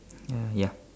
uh ya